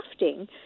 crafting